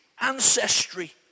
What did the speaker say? ancestry